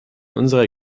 unserer